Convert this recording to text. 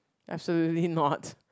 absolutely not